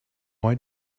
why